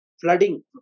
flooding